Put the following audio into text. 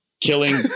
killing